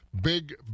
big